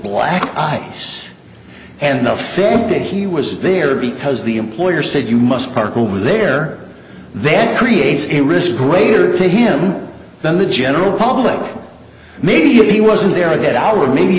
black eyes and enough air that he was there because the employer said you must park over there then creates a risk greater to him than the general public maybe he wasn't there a good hour maybe